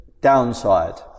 Downside